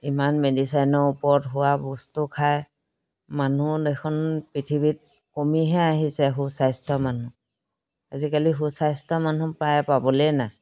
ইমান মেডিচিনৰ ওপৰত হোৱা বস্তু খাই মানুহ দেখোন পৃথিৱীত কমিহে আহিছে সুস্বাস্থ্য মানুহ আজিকালি সুস্বাস্থ্য মানুহ প্ৰায় পাবলেই নাই